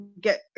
get